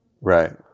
Right